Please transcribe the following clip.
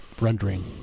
rendering